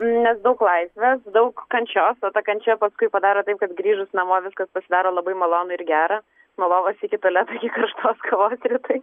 nes daug laisvės daug kančios o ta kančia paskui padaro taip kad grįžus namo viskas pasidaro labai malonu ir gera nuo lovos iki toleto iki karštos kavos rytai